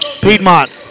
Piedmont